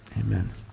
Amen